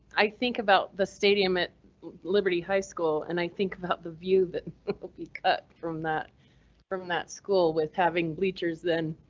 i think about the stadium at liberty high school an and i think about the view that will be cut from that from that school with having bleachers then.